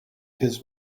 his